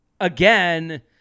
again